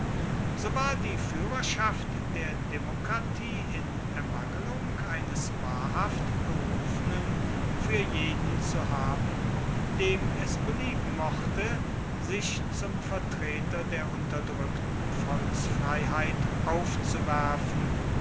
so war die führerschaft der demokratie in ermangelung eines wahrhaft berufenen für jeden zu haben dem es belieben mochte sich zum vertreter der unterdrückten volksfreiheit aufzuwerfen